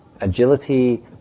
Agility